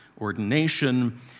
ordination